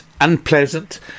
unpleasant